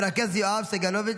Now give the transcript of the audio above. הכנסת יואב סגלוביץ,